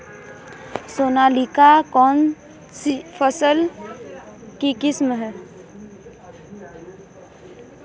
सोनालिका कौनसी फसल की किस्म है?